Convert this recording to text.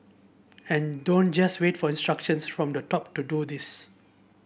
and don't just wait for instructions from the top to do this